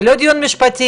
זה לא דיון משפטי,